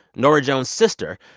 norah jones' sister,